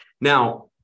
Now